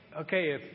okay